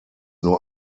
nur